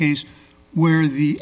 case where the